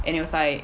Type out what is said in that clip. and it was like